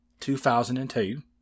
2002